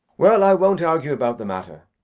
well, i won't argue about the matter.